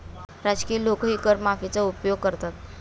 राजकीय लोकही कर माफीचा उपयोग करतात